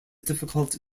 difficult